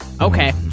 Okay